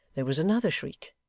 there was another shriek,